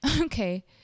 Okay